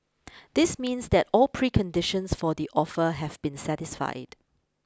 this means that all preconditions for the offer have been satisfied